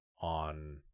On